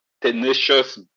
tenacious